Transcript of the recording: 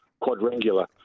quadrangular